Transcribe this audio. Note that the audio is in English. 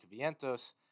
Vientos